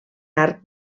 arc